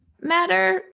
matter